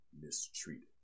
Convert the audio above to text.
mistreated